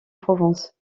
provence